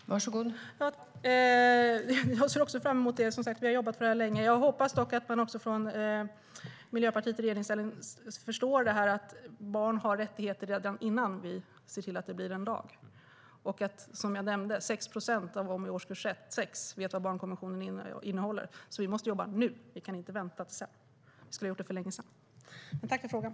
Fru ålderspresident! Jag ser också fram emot det, för vi har jobbat för detta länge. Jag hoppas dock att Miljöpartiet i regeringsställning förstår att barn har rättigheter även innan vi ser till att det blir lag. Det är som sagt bara 6 procent av barnen i årskurs 8 som vet vad barnkonventionen innehåller, så vi måste jobba nu . Vi kan inte vänta till sedan.